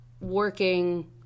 working